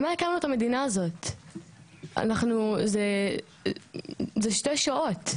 זה שתי שואות.